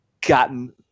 gotten